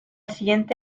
siguiente